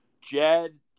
Jed